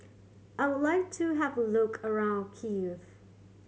I would like to have a look around Kiev